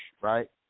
right